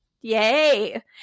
Yay